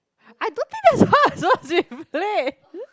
I don't think that's hers